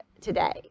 today